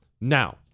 Now